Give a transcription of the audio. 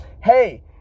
hey